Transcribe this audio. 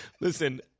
Listen